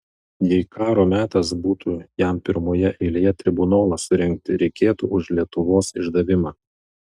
jei karo metas būtų jam pirmoje eilėje tribunolą surengti reikėtų už lietuvos išdavimą